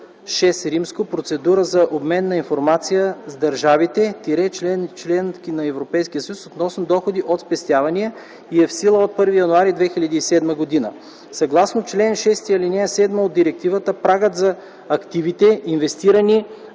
VІ „Процедура за обмен на информация с държавите – членки на Европейския съюз, относно доходи от спестявания” и е в сила от 1 януари 2007 г. Съгласно чл. 6, ал. 7 от Директивата прагът за активите, инвестирани